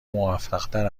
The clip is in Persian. موفقتر